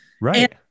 right